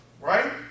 Right